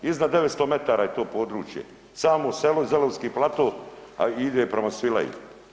Iznad 900 m je to područje, samo selo i zelovski plato, a ide prema Svilaju.